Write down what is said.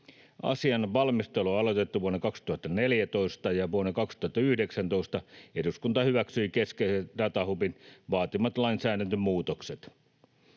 Asian valmistelu on aloitettu vuonna 2014, ja vuonna 2019 eduskunta hyväksyi keskeiset datahubin vaatimat lainsäädäntömuutokset.